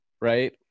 right